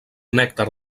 nèctar